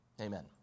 Amen